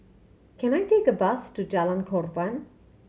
can I take a bus to Jalan Korban